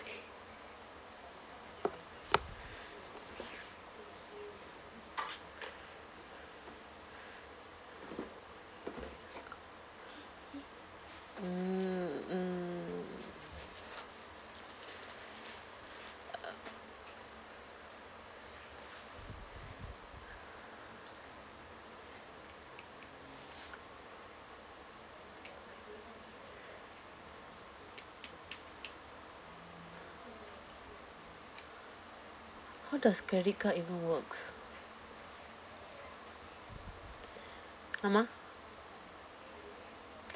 mm mm how does credit card even work ah ma